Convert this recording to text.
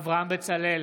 אברהם בצלאל,